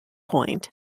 point